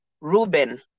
Reuben